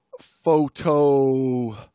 photo